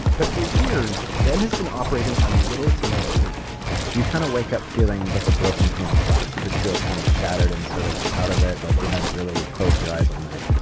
but for years, ben has been operating on little to no sleep you kind of wake up feeling like a broken pane of glass. you just feel kind of shattered and sort of out of it, like you haven't really close your eyes all night